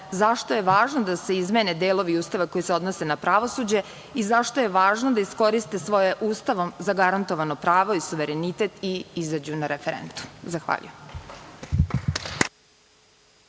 zašto je važno da se izmene delovi Ustava koji se odnose na pravosuđe i zašto je važno da iskoriste svoje Ustavom zagarantovano pravo i suverenitet i izađu na referendum. Zahvaljujem.